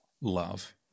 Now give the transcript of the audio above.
love